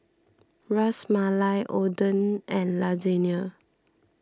Ras Malai Oden and Lasagne